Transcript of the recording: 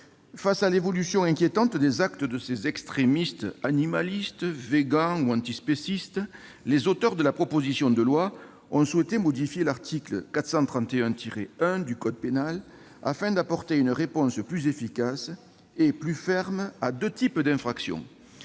Face à l'évolution inquiétante des actes de ces extrémistes animalistes, véganes ou antispécistes, les auteurs de la proposition de loi ont souhaité modifier l'article 431-1 du code pénal, afin d'apporter une réponse plus efficace et plus ferme à deux types d'infractions